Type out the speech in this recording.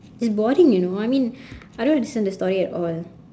it's boring you know I mean I don't understand the story at all